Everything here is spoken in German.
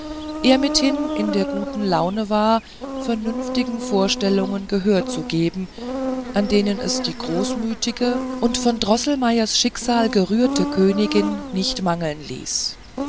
er mithin in der guten laune war vernünftigen vorstellungen gehör zu geben an denen es die großmütige und von droßelmeiers schicksal gerührte königin nicht mangeln ließ